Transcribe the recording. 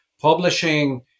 publishing